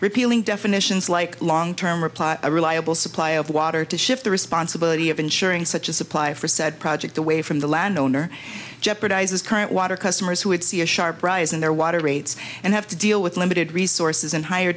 repealing definitions like long term or plot a reliable supply of water to shift the responsibility of ensuring such a supply for said project away from the landowner jeopardizes current water customers who would see a sharp rise in their water rates and have to deal with limited resources and higher